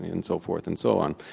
and so forth and so on.